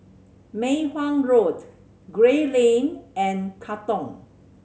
Mei Hwan Road Gray Lane and Katong